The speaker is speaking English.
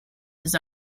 his